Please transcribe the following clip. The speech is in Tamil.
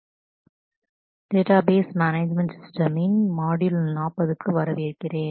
டேட்டாபேஸ் மேனேஜ்மெண்ட் ஸிஸ்டெம்ஸ்ஸின் மாட்யூல் 40 க்கு வரவேற்கிறோம்